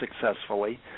successfully